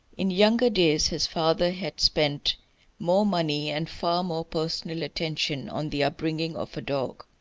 in younger days his father had spent more money and far more personal attention on the upbringing of a dog.